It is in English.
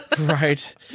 Right